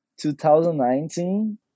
2019